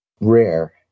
rare